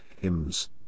hymns